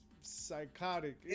psychotic